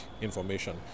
information